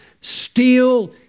steal